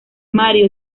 mario